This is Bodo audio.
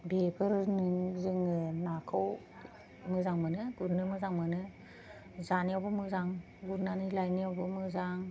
बेफोर जोङो नाखौ मोजां मोनो गुरनो मोजां मोनो जानायावबो मोजां गुरनानै लायनायावबो मोजां